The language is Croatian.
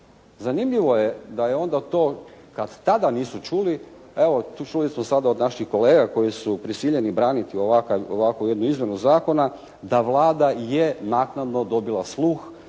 Zanimljivo je da je onda to, kad tada nisu čuli, evo čuli smo sada od naših kolega koji su prisiljeni braniti ovakvu jednu izmjenu zakona da Vlada je naknadno dobila sluh